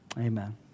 amen